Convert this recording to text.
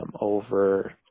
over